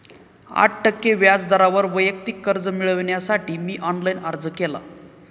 आठ टक्के व्याज दरावर वैयक्तिक कर्ज मिळविण्यासाठी मी ऑनलाइन अर्ज केला